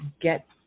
get